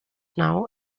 now